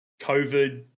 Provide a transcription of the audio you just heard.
COVID